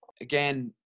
Again